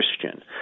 Christian